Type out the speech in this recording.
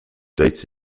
dates